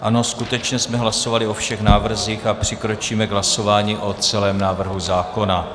Ano, skutečně jsme hlasovali o všech návrzích a přikročíme k hlasování o celém návrhu zákona.